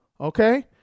Okay